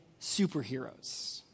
superheroes